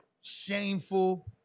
Shameful